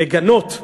לגנות